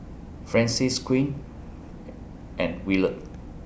Francis Quinn and Willard